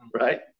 Right